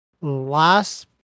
last